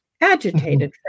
agitated